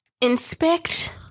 inspect